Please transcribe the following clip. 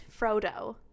Frodo